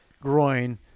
groin